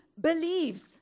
believes